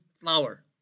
flour